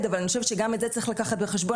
אבל אני חושבת שגם את זה צריך לקחת בחשבון,